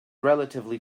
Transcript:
relatively